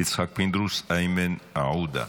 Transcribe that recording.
יצחק פינדרוס ואיימן עודה.